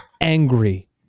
angry